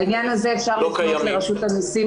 בעניין הזה אפשר לפנות לרשות המסים,